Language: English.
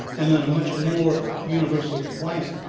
and then a much more universal quiet.